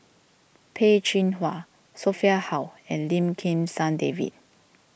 Peh Chin Hua Sophia Hull and Lim Kim San David